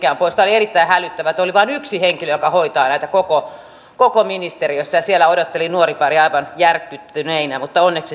tämä oli erittäin hälyttävää että oli vain yksi henkilö joka hoitaa näitä koko ministeriössä ja siellä odotteli nuoripari aivan järkyttyneenä mutta onneksi selvisi